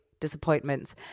disappointments